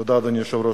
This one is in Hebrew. תודה, אדוני היושב-ראש.